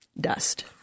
dust